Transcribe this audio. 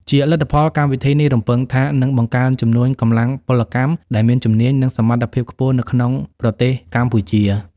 ជាលទ្ធផល កម្មវិធីនេះរំពឹងថានឹងបង្កើនចំនួន កម្លាំងពលកម្មដែលមានជំនាញ និងសមត្ថភាពខ្ពស់ នៅក្នុងប្រទេសកម្ពុជា។